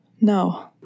No